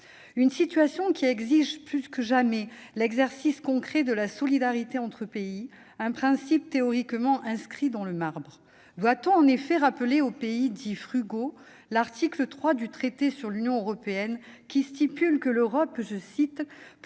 Cette situation exige plus que jamais l'exercice concret de la solidarité entre pays, un principe théoriquement gravé dans le marbre. Doit-on en effet rappeler aux pays dits « frugaux » l'article 3 du traité sur l'Union européenne, qui dispose que l'Europe «